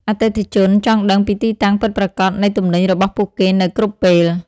អតិថិជនចង់ដឹងពីទីតាំងពិតប្រាកដនៃទំនិញរបស់ពួកគេនៅគ្រប់ពេល។